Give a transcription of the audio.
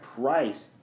price